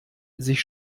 sich